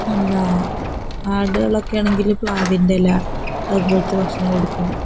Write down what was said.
എന്താണ് ആടുകളൊക്കെ ആണെങ്കില് പ്ലവിൻ്റെ ഇല അതുപോലത്തെ ഭക്ഷണം കൊടുക്കും